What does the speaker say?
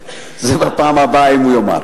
בפעם הבאה, אם הוא יאמר.